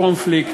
את הקונפליקט,